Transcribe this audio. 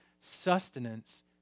sustenance